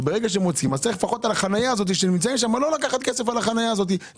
ברגע שמוציאים צריך לפחות לא לקחת כסף על החניה הזאת כשהם שם.